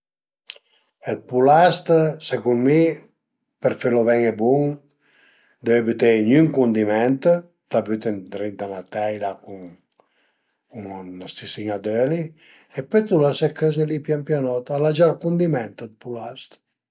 Ël pulast secund mi për felu ven-i bun deve büteie gnün cundiment, t'lu büte ëndrinta 'na peila cun 'na stisin-a d'öli e pöi t'lu lase cözi li pian pianot, al a gia ël cundiment ël pulast